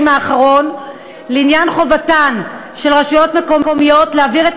האחרון לעניין חובתן של רשויות מקומיות להעביר את